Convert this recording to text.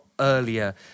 earlier